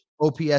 OPS